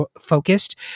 focused